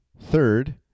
Third